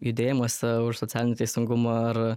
judėjimas už socialinį teisingumą ar